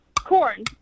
corn